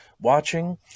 watching